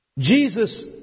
Jesus